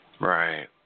Right